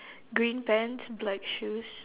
green pants black shoes